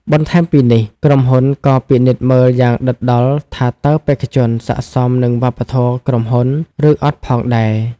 បន្ថែមពីនេះ ក្រុមហ៊ុនក៏ពិនិត្យមើលយ៉ាងដិតដល់ថាតើបេក្ខជនស័ក្តិសមនឹងវប្បធម៌ក្រុមហ៊ុន ឬអត់ផងដែរ។